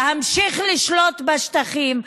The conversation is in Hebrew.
להמשיך לשלוט בשטחים,